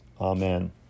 Amen